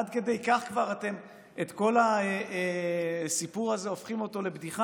עד כדי כך אתם כבר את כל הסיפור הזה הופכים לבדיחה?